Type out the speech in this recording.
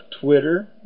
Twitter